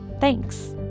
Thanks